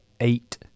eight